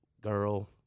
Girl